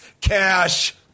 Cash